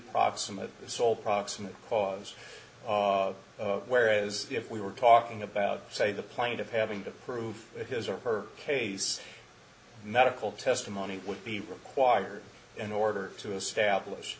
proximate sole proximate cause of whereas if we were talking about say the point of having to prove his or her case medical testimony would be required in order to establish